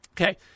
Okay